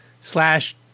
slash